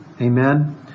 Amen